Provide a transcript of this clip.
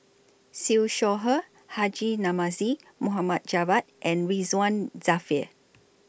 Siew Shaw Her Haji Namazie Mohd Javad and Ridzwan Dzafir